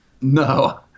No